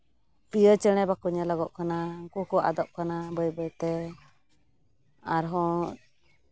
ᱯᱤᱭᱳ ᱪᱮᱬᱮ ᱵᱟᱠᱚ ᱧᱮᱞᱚᱜᱚᱜ ᱠᱟᱱᱟ ᱩᱱᱠᱩ ᱠᱚ ᱟᱫᱚᱜ ᱠᱟᱱᱟ ᱵᱟᱹᱭ ᱵᱟᱹᱭ ᱛᱮ ᱟᱨᱦᱚᱸ